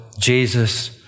Jesus